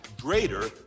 greater